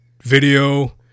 video